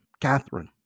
Catherine